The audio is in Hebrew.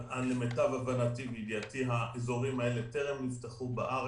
האזורים האלה,